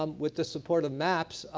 um with the support of maps,